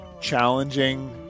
challenging